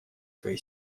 свои